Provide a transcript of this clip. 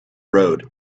road